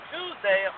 Tuesday